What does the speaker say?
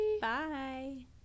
Bye